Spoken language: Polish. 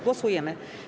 Głosujemy.